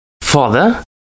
Father